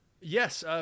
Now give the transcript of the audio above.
Yes